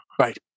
Right